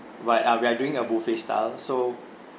but uh we're doing a buffet style so